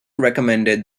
recommended